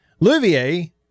Luvier